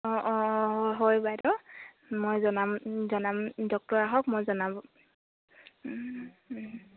অঁ অঁ অঁ হয় বাইদেউ মই জনাম জনাম ডক্টৰ আহক মই জনাম